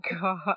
God